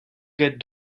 get